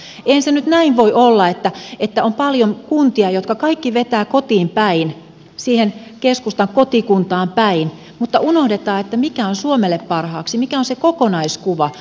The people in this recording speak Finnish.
eihän se nyt näin voi olla että on paljon kuntia jotka kaikki vetävät kotiinpäin siihen keskustan kotikuntaan päin mutta unohdetaan mikä on suomelle parhaaksi mikä on se kokonaiskuva